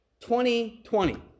2020